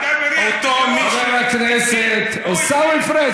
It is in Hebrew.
אתה מריח בחירות, אה?